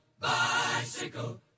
bicycle